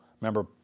Remember